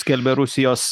skelbia rusijos